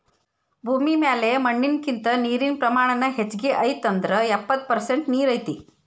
ಭೂಮಿ ಮ್ಯಾಲ ಮಣ್ಣಿನಕಿಂತ ನೇರಿನ ಪ್ರಮಾಣಾನ ಹೆಚಗಿ ಐತಿ ಅಂದ್ರ ಎಪ್ಪತ್ತ ಪರಸೆಂಟ ನೇರ ಐತಿ